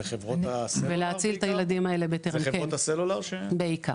זה חברות הסלולר בעיקר?